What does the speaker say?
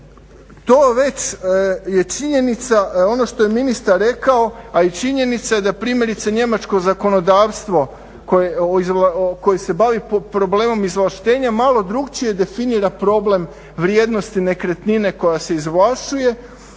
to već je činjenica, ono što je ministar rekao, a i činjenica je da primjerice njemačko zakonodavstvo koje se bavi problemima izvlaštenja malo drukčije definira problem vrijednosti nekretnine koja se izvlašćuje